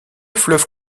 fleuve